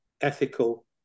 ethical